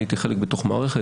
אני הייתי חלק בתוך מערכת.